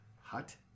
hut